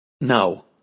No